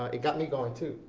it got me going to.